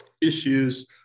issues